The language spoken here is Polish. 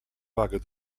wagę